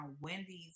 Wendy's